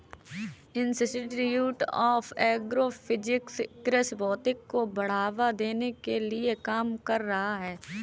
institute of agro physics कृषि भौतिकी को बढ़ावा देने के लिए काम कर रहा है